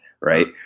right